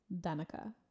Danica